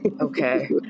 Okay